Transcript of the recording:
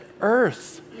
Earth